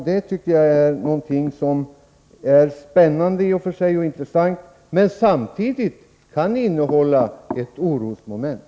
Det är i och för sig spännande och intressant, men kan samtidigt innehålla ett orosmoment.